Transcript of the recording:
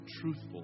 truthful